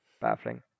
baffling